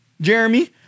Jeremy